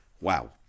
Wow